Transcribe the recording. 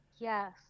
Yes